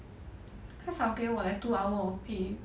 他少给我 like two hour of pay